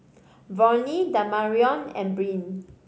Volney Damarion and Brynn